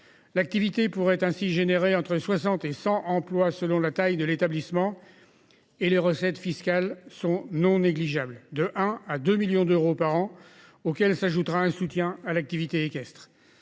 L'activité pourrait ainsi générer entre 60 et 100 emplois selon la taille de l'établissement. Et les recettes fiscales sont non négligeables de un à 2 millions d'euros par an, auxquels s'ajoutera un soutien à l'activité équestre.